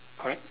correct